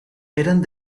eran